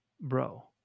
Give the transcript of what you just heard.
Bro